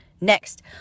Next